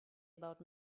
about